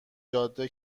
جاده